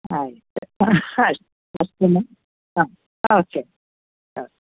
ಆಯ್ತು ಅಷ್ ಅಷ್ಟೇನಾ ಹಾಂ ಓಕೆ ಓಕೆ